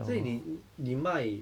所以你你卖